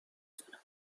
زند